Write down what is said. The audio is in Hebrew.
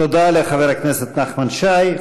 תודה לחבר הכנסת נחמן שי.